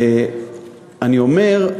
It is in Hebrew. ואני אומר,